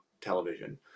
television